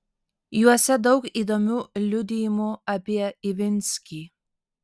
juose daug įdomių liudijimų apie ivinskį